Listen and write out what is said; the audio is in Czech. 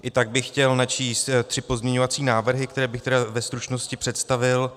I tak bych chtěl načíst tři pozměňovací návrhy, které bych tedy ve stručnosti představil.